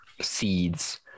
seeds